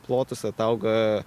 plotus atauga